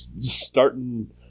starting